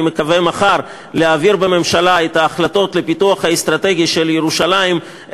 אני מקווה מחר להעביר בממשלה את ההחלטות לפיתוח האסטרטגי של ירושלים,